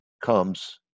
comes